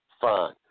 fine